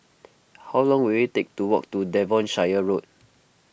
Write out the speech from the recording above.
how long will it take to walk to Devonshire Road